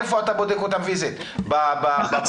איפה אתה בודק ואתם פיזית, בבוטקה?